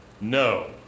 No